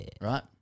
Right